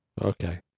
Okay